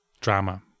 drama